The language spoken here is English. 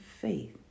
faith